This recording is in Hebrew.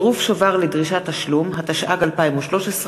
9) (צירוף שובר לדרישת תשלום), התשע"ג 2013,